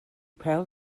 pêl